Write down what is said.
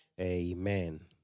amen